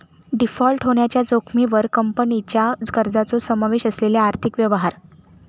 default होण्याच्या जोखमीवर कंपनीच्या कर्जाचो समावेश असलेले आर्थिक व्यवहार